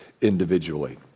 individually